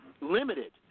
limited